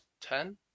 ten